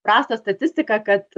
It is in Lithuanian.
prastą statistiką kad